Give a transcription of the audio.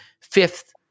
fifth